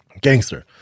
Gangster